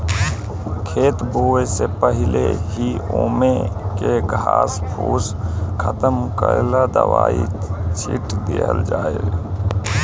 खेत बोवे से पहिले ही ओमे के घास फूस खतम करेला दवाई छिट दिहल जाइ